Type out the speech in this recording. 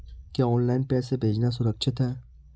क्या ऑनलाइन पैसे भेजना सुरक्षित है?